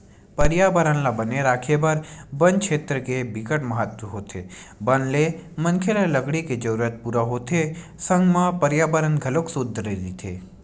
परयाबरन ल बने राखे बर बन छेत्र के बिकट महत्ता होथे बन ले मनखे ल लकड़ी के जरूरत पूरा होथे संग म परयाबरन घलोक सुद्ध रहिथे